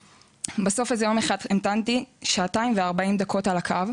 בסוף, יום אחד המתנתי שעתיים וארבעים דקות על הקו,